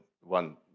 one